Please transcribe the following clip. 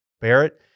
Barrett